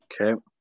Okay